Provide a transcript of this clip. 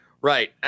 Right